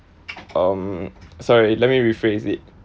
um sorry let me rephrase it